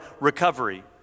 recovery